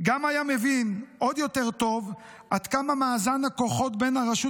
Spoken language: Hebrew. גם היה מבין עוד יותר טוב עד כמה מאזן הכוחות בין הרשות